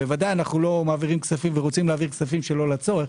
ובוודאי אנו לא רוצים להעביר כספים לא לצורך,